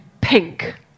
pink